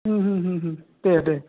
दे दे